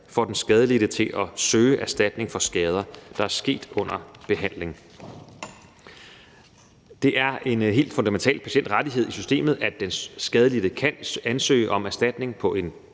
for den skadelidte til at søge erstatning for skader, der er sket under behandling. Det er en helt fundamental patientrettighed i systemet, at den skadelidte kan ansøge om erstatning på en